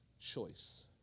choice